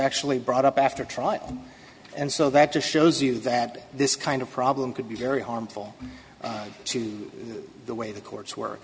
actually brought up after trial and so that just shows you that this kind of problem could be very harmful to the way the courts work